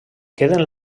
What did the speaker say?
queden